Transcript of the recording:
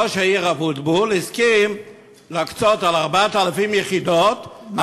ראש העיר אבוטבול הסכים להקצות על 4,000 יחידות,